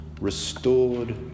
restored